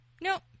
Nope